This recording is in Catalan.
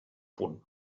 punt